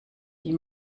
die